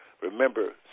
remember